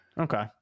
Okay